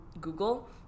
Google